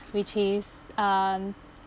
which is um